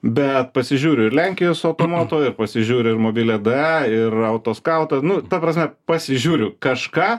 bet pasižiūriu ir lenkijos automoto ir pasižiūriu ir mobile da ir autoskautą nu ta prasme pasižiūriu kažką